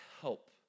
help